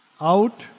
Out